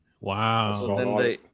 Wow